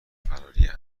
فراری